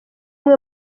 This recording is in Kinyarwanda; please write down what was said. umwe